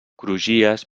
crugies